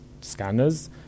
scanners